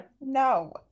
No